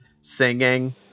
singing